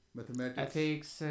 mathematics